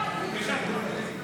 בדבר הפחתת תקציב,